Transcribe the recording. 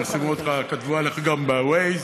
כתבו עליך גם ב-Waze: